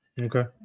Okay